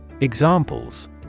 Examples